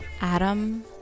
Adam